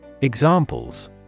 Examples